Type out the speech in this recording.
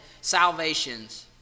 salvations